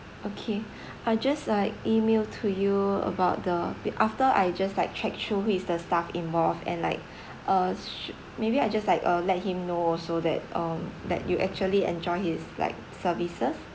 okay I'll just like email to you about the after I just like check through who is the staff involved and like uh should maybe I just like uh let him know also that um that you actually enjoy his like services